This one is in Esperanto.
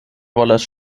volas